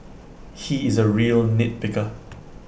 he is A real nitpicker